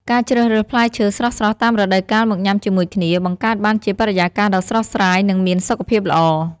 ការជ្រើសរើសផ្លែឈើស្រស់ៗតាមរដូវកាលមកញ៉ាំជាមួយគ្នា បង្កើតបានជាបរិយាកាសដ៏ស្រស់ស្រាយ និងមានសុខភាពល្អ។